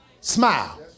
smile